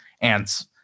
ants